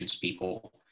people